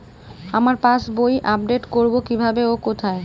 আমার পাস বইটি আপ্ডেট কোরবো কীভাবে ও কোথায়?